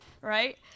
right